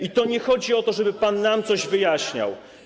I to nie chodzi o to, żeby pan nam coś wyjaśniał.